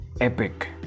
epic